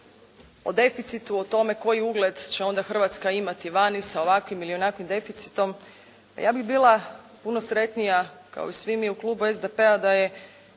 o deficitu, o tome koji ugled će onda Hrvatska imati vani sa ovakvim ili onakvim deficitom. Ja bih bila puno sretnija kao i svi mi u klubu SDP-a da je